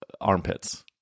armpits